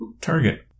target